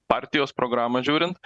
partijos programą žiūrint